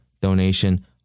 donation